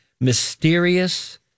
mysterious